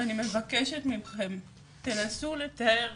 אני מבקשת ממכם, תנסו לתאר,